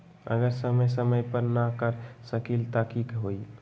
अगर समय समय पर न कर सकील त कि हुई?